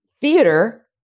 theater